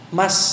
mas